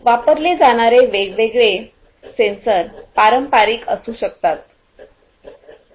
वापरले जाणारे वेगवेगळे सेन्सर पारंपारिक असू शकतात